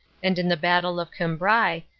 and in the battle of cambrai,